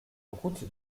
route